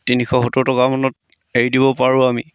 তিনিশ সত্তৰ টকামানত এৰি দিব পাৰোঁ আমি